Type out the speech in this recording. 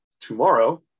tomorrow